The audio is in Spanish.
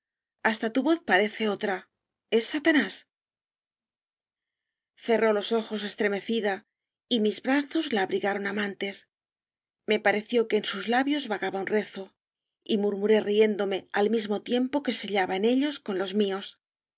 hasta tu voz parece otra es satanás cerró los ojos estremecida y mis brazos la abrigaron amantes me pareció que en sus labios vagaba un rezo y murmuré riéndo me al mismo tiempo que sellaba en ellos con los míos